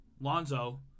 Lonzo